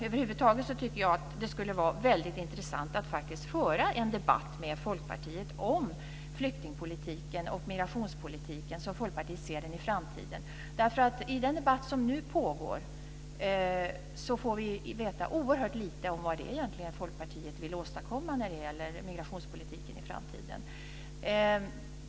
Över huvud taget tycker jag att det skulle vara väldigt intressant att föra en debatt med Folkpartiet om flyktingpolitiken och migrationspolitiken som Folkpartiet ser den i framtiden. I den debatt som nu pågår får vi veta oerhört lite om vad det egentligen är som Folkpartiet vill åstadkomma när det gäller migrationspolitiken i framtiden.